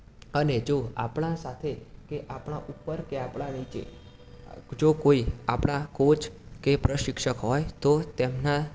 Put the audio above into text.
અને જો આપણા સાથે કે આપણા ઉપર કે આપણા નીચે જો કોઈ આપણા કોચ કે પ્રશિક્ષક હોય તો તેમના